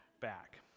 back